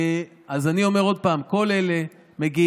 אז אני אומר עוד פעם, כל אלה מגיעים,